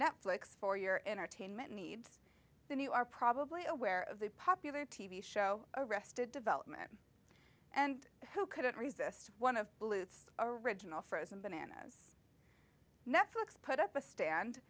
netflix for your entertainment needs then you are probably aware of the popular t v show arrested development and who couldn't resist one of lutes original frozen bananas netflix put up a stand